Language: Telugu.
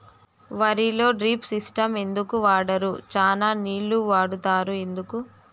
వరిలో డ్రిప్ సిస్టం ఎందుకు వాడరు? చానా నీళ్లు వాడుతారు ఎందుకు?